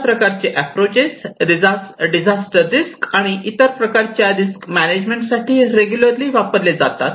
अशा प्रकारचे approaches disaster risk आणि इतर प्रकारच्या रिस्क मॅनेजमेंट साठी रेग्युलरली वापरले जातात